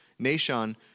Nashon